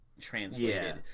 translated